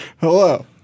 Hello